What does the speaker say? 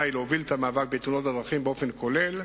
להוביל את המאבק בתאונות הדרכים באופן כולל,